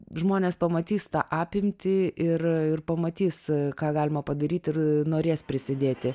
žmonės pamatys tą apimtį ir ir pamatys ką galima padaryt ir norės prisidėti